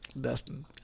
Dustin